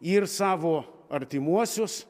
ir savo artimuosius